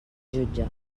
jutge